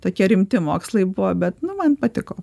tokie rimti mokslai buvo bet nu man patiko